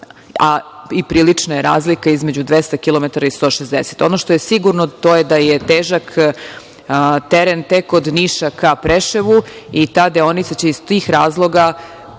i prilična je razlika između 200 kilometara i 160 kilometara. Ono što je sigurno, to je da je težak teren tek od Niša ka Preševu i ta deonica će iz tih razloga